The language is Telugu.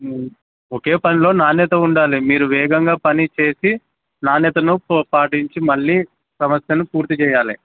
ఒకే పనిలో నాణ్యత ఉండాలి మీరు వేగంగా పని చేసి నాణ్యతను పాటించి మళ్ళీ సమస్యను పూర్తి చేయాలి